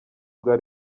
bwa